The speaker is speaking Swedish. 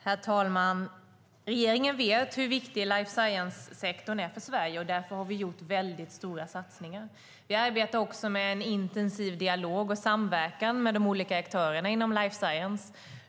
Herr talman! Regeringen vet hur viktig life science-sektorn är för Sverige. Därför har vi gjort väldigt stora satsningar. Vi arbetar också med en intensiv dialog och samverkan med de olika aktörerna inom life science.